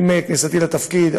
עם כניסתי לתפקיד,